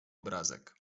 obrazek